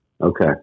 Okay